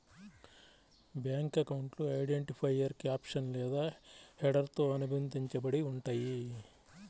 bank అకౌంట్లు identifier caption లేదా హెడర్తో అనుబంధించబడి ఉంటయ్యి